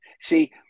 see